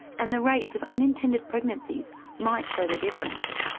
and the rates of unintended pregnancies might show the difference.